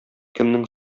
кeмнeң